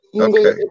Okay